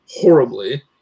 horribly